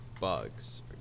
bugs